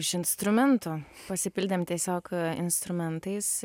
iš instrumentų pasipildėm tiesiog instrumentais